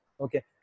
Okay